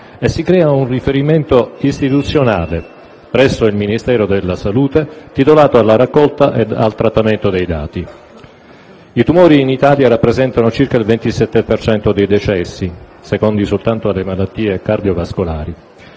e si crea un riferimento istituzionale, presso il Ministero della salute, titolato alla raccolta ed al trattamento dei dati. I tumori rappresentano il 27 per cento dei decessi in Italia, secondi soltanto alle malattie cardiovascolari;